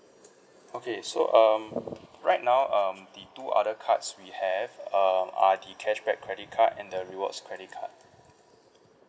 okay so um right now um the two other cards we have uh are the cashback credit card and the rewards credit card